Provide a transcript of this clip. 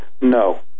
No